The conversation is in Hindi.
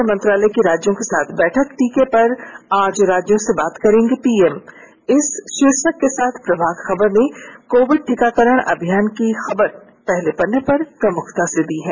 स्वास्थ्य मंत्रालय की राज्यों के साथ बैठक टीके पर आज राज्यों से बात करेंगे पीएम इस शीर्षक के साथ प्रभात खबर ने कोविड टीकाकरण अभियान की खबर को पहले पन्ने पर जगह दी है